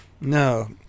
No